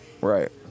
Right